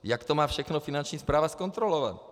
Jak to má všechno Finanční správa zkontrolovat?